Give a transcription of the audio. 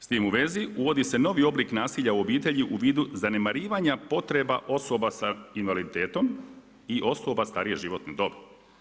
S tim u vezi, uvodi se novi oblik nasilja u obitelji u vidu zanemarivanja potreba osoba sa invaliditetom i osoba starije životne dobi.